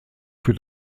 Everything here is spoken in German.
für